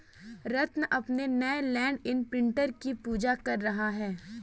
रत्न अपने नए land imprinter की पूजा कर रहा है